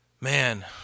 Man